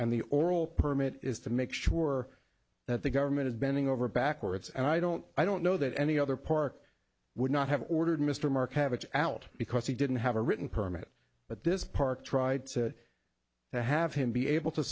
and the oral permit is to make sure that the government is bending over backwards and i don't i don't know that any other park would not have ordered mr mark have it out because he didn't have a written permit but this park tried to have him be able to